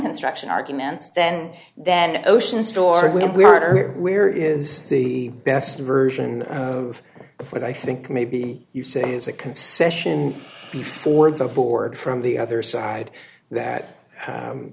construction arguments then then ocean stored weirder where is the best version of what i think may be you say as a concession before the board from the other side that